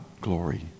glory